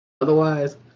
otherwise